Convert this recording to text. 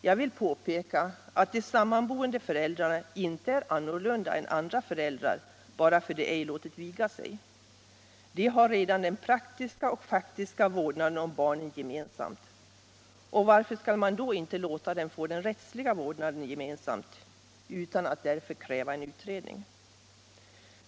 Jag vill påpeka att de sammanboende föräldrarna inte är annorlunda än andra föräldrar bara för att de inte låtit viga sig. De har redan den praktiska och faktiska vårdnaden om barnen gemensamt och varför skulle man då inte låta dem få den rättsliga vårdnaden gemensamt utan att därför kräva en utredning.